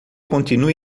continue